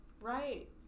Right